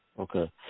Okay